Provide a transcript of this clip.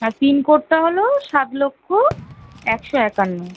আর pin কোডটা হলো সাত লক্ষ্য একশো একান্ন